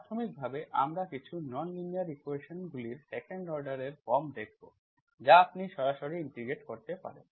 প্রাথমিকভাবে আমরা কিছু নন লিনিয়ার ইকুয়েশন্সগুলর সেকেন্ড অর্ডার এর ফর্ম দেখব যা আপনি সরাসরি ইন্টিগ্রেট করতে পারেন